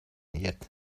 yet